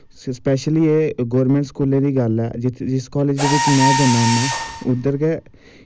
specially एह् government स्कूलें दी गल्ल ऐ जिस कालेज़ दै बिच्च मैं जन्ना होन्ना उध्दर गै